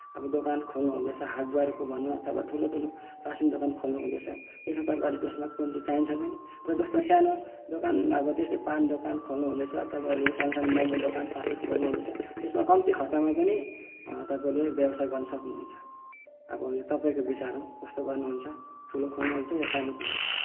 अब दोकान खोल्नुहुँदैछ हार्डवेयरको भनौँ अथवा ठुलोठुलो रासन दोकान खोल्नुहुँदैछ त्यसमा तपाईँलाई त्यसमा पुँजी चाहिन्छ पनि र जस्तो सानो दोकान अब त्यस्तै पान दोकान खोल्नुहुँदैछ तपाईँहरूले सानो सानो मोमो दोकान फास्टफुड खोल्नुहुँदैछ त्यसमा कम्ती खर्चामा पनि तपाईँले व्यवसाय गर्न सक्नुहुन्छ अब यो तपाईँको विचार हो कस्तो गर्नुहुन्छ ठुलो खोल्नुहुन्छ या सानो खोल्नुहुन्छ